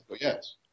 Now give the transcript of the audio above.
yes